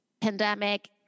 pandemic